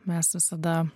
mes visada